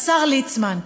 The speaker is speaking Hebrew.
השר ליצמן,